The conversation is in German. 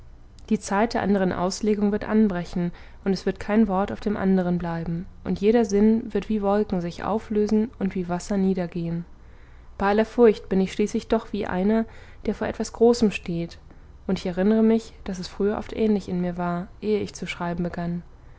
die zeit der anderen auslegung wird anbrechen und es wird kein wort auf dem anderen bleiben und jeder sinn wird wie wolken sich auflösen und wie wasser niedergehen bei aller furcht bin ich schließlich doch wie einer der vor etwas großem steht und ich erinnere mich daß es früher oft ähnlich in mir war eh ich zu schreiben begann